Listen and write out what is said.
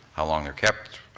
how long they're kept,